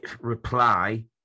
reply